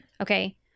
Okay